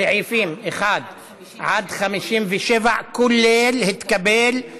סעיפים 1 57, כולל, התקבלו